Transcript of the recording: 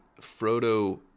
Frodo